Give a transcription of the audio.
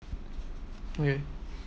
okay